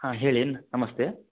ಹಾಂ ಹೇಳಿನ ನಮಸ್ತೆ